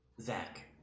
zach